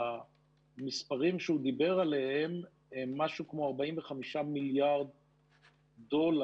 המספרים שהוא דיבר עליהם הם משהו כמו 45 מיליארד דולר.